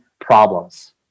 problems